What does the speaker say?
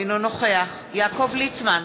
אינו נוכח יעקב ליצמן,